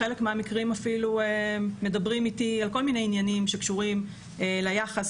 בחלק מהמקרים אפילו מדברים איתי על כל מיני עניינים שקשורים ליחס,